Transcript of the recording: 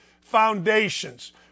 foundations